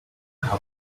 how